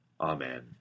Amen